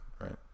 right